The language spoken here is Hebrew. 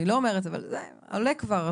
אבל זה עולה כבר,